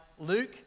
Luke